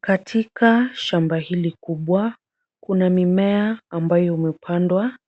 Katika shamba hili kubwa kuna mimea ambayo imepandwa